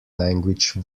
language